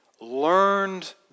learned